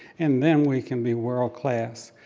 and then we can be world-class.